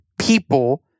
people